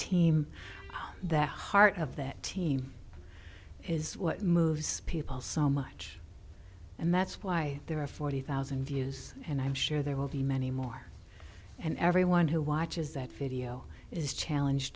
team that heart of that team is what moves people so much and that's why there are forty thousand views and i'm sure there will be many more and everyone who watches that video is challenge